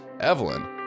Evelyn